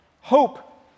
Hope